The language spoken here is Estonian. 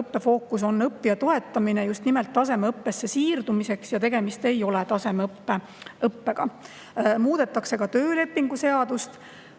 õppe fookus on õppija toetamine just nimelt tasemeõppesse siirdumiseks, tegemist ei ole tasemeõppega. Muudetakse ka töölepingu seadust.